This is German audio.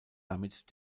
damit